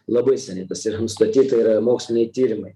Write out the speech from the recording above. labai seniai tas yra nustatyta yra moksliniai tyrimai